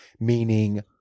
meaning